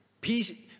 peace